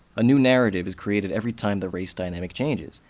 a new narrative is created every time the race dynamic changes.